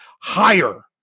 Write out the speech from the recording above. higher